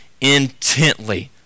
intently